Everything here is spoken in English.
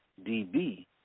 DB